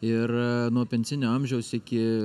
ir nuo pensinio amžiaus iki